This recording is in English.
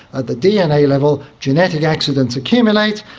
at the dna level, genetic accidents accumulate,